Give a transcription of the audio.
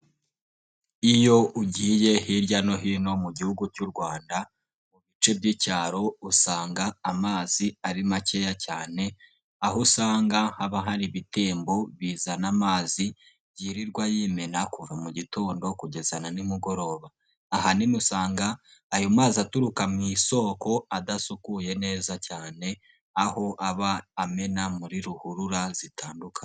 Iyo ugiye hirya no hino mu gihugu cy'u Rwanda mu bice by'icyaro usanga amazi ari makeya cyane, aho usanga haba hari ibitembo bizana amazi yirirwa yimena kuva mu gitondo kugeza na nimugoroba. Ahanini usanga ayo mazi aturuka mu isoko adasukuye neza cyane aho aba amena muri ruhurura zitandukanye.